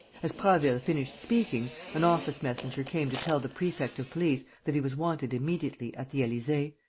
as prasville finished speaking, an office-messenger came to tell the prefect of police that he was wanted immediately at the elysee.